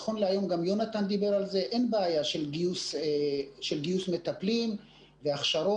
נכון להיום אין בעיה של גיוס מטפלים והכשרות.